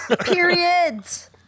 Periods